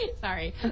Sorry